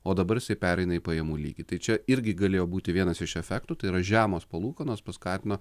o dabar jisai pereina į pajamų lygį tai čia irgi galėjo būti vienas iš efektų tai yra žemos palūkanos paskatino